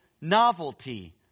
novelty